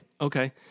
Okay